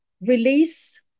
release